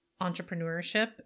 entrepreneurship